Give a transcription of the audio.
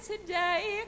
Today